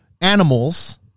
animals